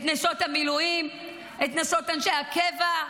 את נשות המילואים, את נשות אנשי הקבע,